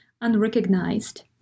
unrecognized